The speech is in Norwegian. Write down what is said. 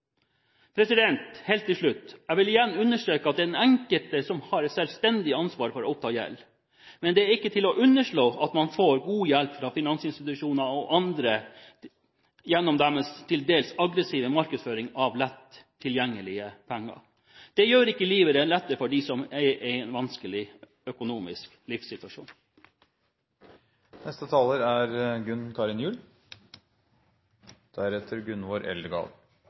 Helt til slutt: Jeg vil igjen understreke at det er den enkelte som har et selvstendig ansvar for å oppta gjeld. Men det er ikke til å underslå at man får god hjelp fra finansinstitusjoner og andre gjennom deres til dels aggressive markedsføring av lett tilgjengelige penger. Det gjør ikke livet lettere for dem som er i en vanskelig livssituasjon økonomisk.